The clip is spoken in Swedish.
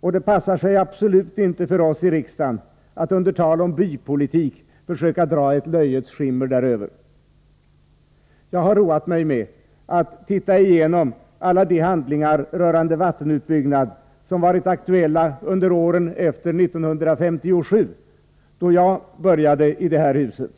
och det passar sig absolut inte för oss i riksdagen att under tal om bypolitik försöka dra ett löjets skimmer däröver. Jag har roat mig med att se igenom alla de handlingar rörande vattenutbyggnad som varit aktuella under åren efter 1957, då jag började i det här huset.